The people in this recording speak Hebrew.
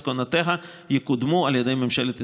מסקנותיה יקודמו על ידי ממשלת ישראל.